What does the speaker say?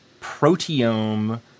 proteome